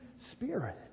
Spirit